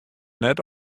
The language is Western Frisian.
net